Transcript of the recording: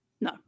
no